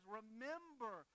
remember